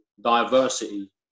diversity